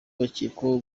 bakekwaho